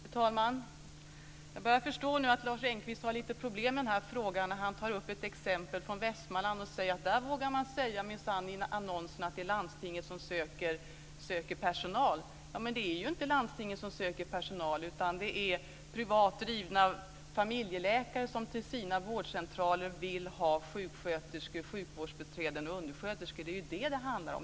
Fru talman! Jag börjar förstå nu att Lars Engqvist har lite problem med den här frågan, när han tar ett exempel från Västmanland och säger att man där minsann vågar säga i annonser att det är landstinget som söker personal. Men det är ju inte landstinget som söker personal, utan det är privata familjeläkare som på sina vårdcentraler vill ha sjuksköterskor, sjukvårdsbiträden och undersköterskor. Det är vad det handlar om.